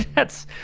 that's.